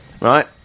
right